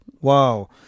Wow